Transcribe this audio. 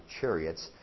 chariots